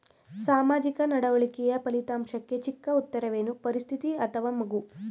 ಸಾಮಾಜಿಕ ನಡವಳಿಕೆಯ ಫಲಿತಾಂಶಕ್ಕೆ ಚಿಕ್ಕ ಉತ್ತರವೇನು? ಪರಿಸ್ಥಿತಿ ಅಥವಾ ಮಗು?